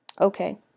Okay